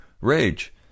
rage